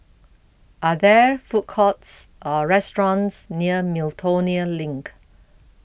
Are There Food Courts Or restaurants near Miltonia LINK